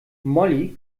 molly